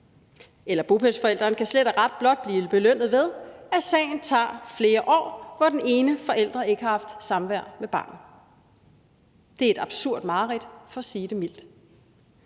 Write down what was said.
Eller bopælsforælderen kan slet og ret blot blive belønnet, ved at sagen tager flere år, hvor den ene forælder ikke har haft samvær med barnet. Det er et absurd mareridt for at sige det mildt.